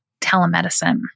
telemedicine